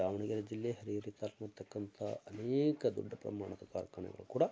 ದಾವಣಗೆರೆ ಜಿಲ್ಲೆ ಹರಿಹರ ತಾಲೂಕು ಇರತಕ್ಕಂಥ ಅನೇಕ ದೊಡ್ಡ ಪ್ರಮಾಣದ ಕಾರ್ಖಾನೆಗಳು ಕೂಡ